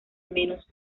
menos